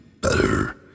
better